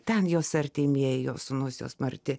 ten jos artimieji jos sūnus jos marti